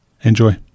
enjoy